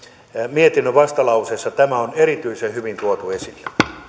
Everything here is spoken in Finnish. mietinnön vastalauseessa tämä on erityisen hyvin tuotu esille